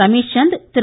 Ramesh Chand Thiru